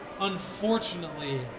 Unfortunately